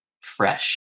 fresh